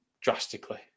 drastically